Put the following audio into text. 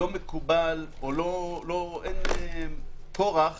כיום, אין כורח